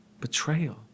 Betrayal